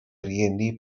rieni